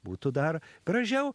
būtų dar gražiau